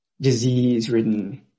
disease-ridden